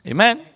Amen